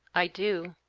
i do.